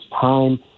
time